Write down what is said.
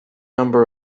number